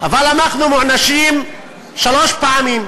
אבל אנחנו מוענשים שלוש פעמים: